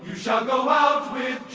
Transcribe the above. shall go out